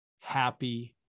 happy